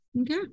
Okay